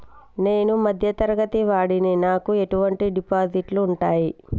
నేను మధ్య తరగతి వాడిని నాకు ఎటువంటి డిపాజిట్లు ఉంటయ్?